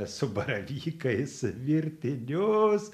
su baravykais virtinius